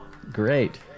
great